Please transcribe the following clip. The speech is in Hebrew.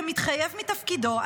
כמתחייב מתפקידו,